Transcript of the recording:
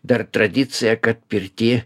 dar tradicija kad pirty